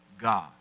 God